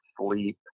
sleep